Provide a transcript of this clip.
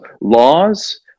laws